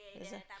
that's why